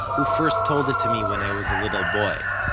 who first told it to me when i was a little boy